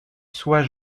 soit